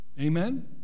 Amen